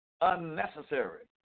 Unnecessary